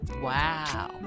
wow